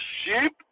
sheep